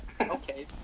okay